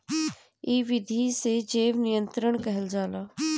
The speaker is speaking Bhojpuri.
इ विधि के जैव नियंत्रण कहल जाला